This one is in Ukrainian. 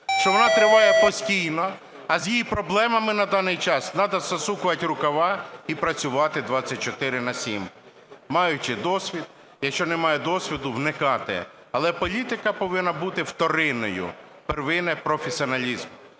що вона триває постійно. А з її проблемами на даний час надо засукувати рукава і працювати 24/7. Маючи досвід. Якщо немає досвіду, вникати. Але політика повинна бути вторинною. Первинне – професіоналізм.